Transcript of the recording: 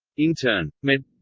intern. med.